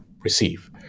receive